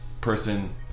person